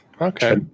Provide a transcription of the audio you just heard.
Okay